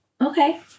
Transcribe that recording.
Okay